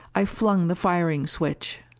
i flung the firing switch.